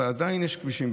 אבל עדיין יש בארץ כבישים,